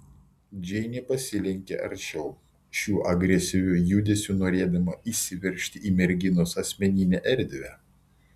džeinė pasilenkė arčiau šiuo agresyviu judesiu norėdama įsiveržti į merginos asmeninę erdvę